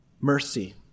mercy